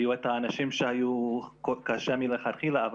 היו את האנשים שמצבם היה קשה מלכתחילה,